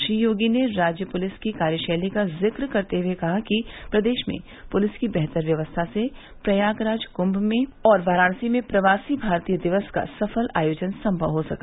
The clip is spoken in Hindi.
श्री योगी ने राज्य पुलिस की कार्यशैली का जिक्र करते हुए कहा कि प्रदेश में पुलिस की बेहतर व्यवस्था से प्रयागराज में कुंभ और वाराणसी में प्रवासी भारतीय दिवस का सफल आयोजन संभव हो सका